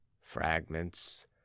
fragments